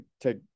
take